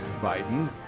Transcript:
Biden